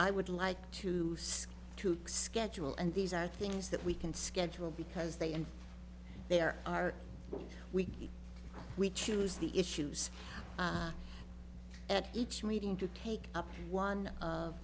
i would like to see to schedule and these are things that we can schedule because they and their are we we choose the issue use at each meeting to take up one of